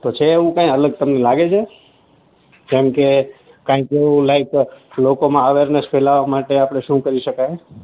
તો છે એવું કંઈ અલગ તમને લાગે છે જેમ કે કંઈક એવું લાઈક લોકોમાં અવેરનેસ ફેલાવવા માટે આપણે શું કરી શકાય